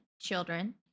Children